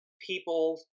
people